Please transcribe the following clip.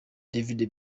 david